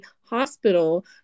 hospital